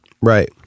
Right